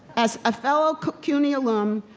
as a fellow cuny alum,